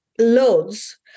loads